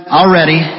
already